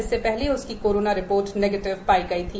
इसके पहले उसकी कोरोनॉ रिपोर्ट निगेटिव पाई गई थी